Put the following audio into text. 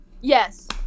Yes